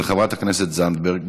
של חברת הכנסת זנדברג.